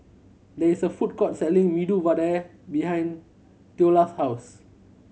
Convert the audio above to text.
there is a food court selling Medu Vada behind Theola's house